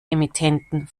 emittenten